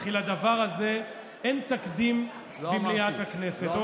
וכי לדבר הזה אין תקדים במליאת הכנסת.